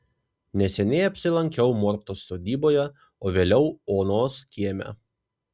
neseniai apsilankiau mortos sodyboje o vėliau onos kieme